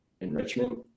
enrichment